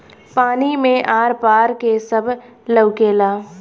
पानी मे आर पार के सब लउकेला